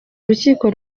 urukiko